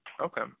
Okay